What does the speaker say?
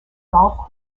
golf